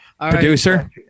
Producer